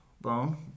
bone